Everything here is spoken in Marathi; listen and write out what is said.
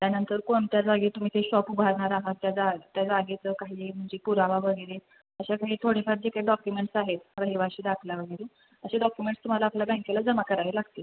त्यानंतर कोणत्या जागी तुम्ही ते शॉप उभारणार आहात त्या जा त्या जागेचं काहीही म्हणजे पुरावा वगैरे अशा काही थोडेफार जे काही डॉक्युमेंट्स आहेत रहिवासी दाखला वगैरे असे डॉक्युमेंट्स तुम्हाला आपल्या बँकेला जमा करावे लागतील